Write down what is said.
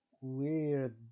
weird